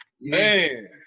Man